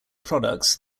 products